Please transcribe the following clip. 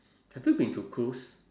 have you been to cruise